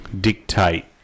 dictate